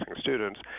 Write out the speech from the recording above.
students